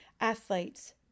athletes